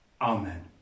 Amen